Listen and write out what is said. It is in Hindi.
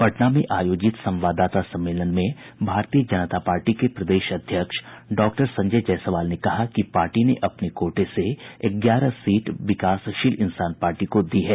पटना में आयोजित संवाददाता सम्मेलन में भारतीय जनता पार्टी के प्रदेश अध्यक्ष डॉक्टर संजय जायसवाल ने कहा कि पार्टी ने अपने कोटे से ग्यारह सीट विकासशील इंसान पार्टी को दी है